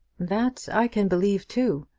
that i can believe too.